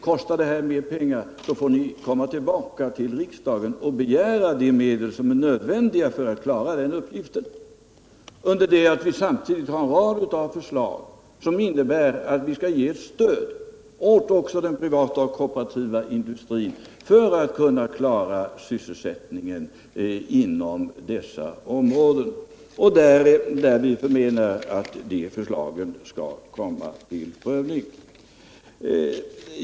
Kostar det här mer pengar får ni komma tillbaka till riksdagen och begära de medel som är nödvändiga för att klara uppgiften. Samtidigt har vi en rad förslag som innebär att vi skall ge stöd också åt den privata och kooperativa industrin för att sysselsättningen inom dessa områden skall klaras. Vi förmenar att de förslagen skall komma till prövning.